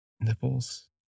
nipples